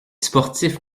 sportifs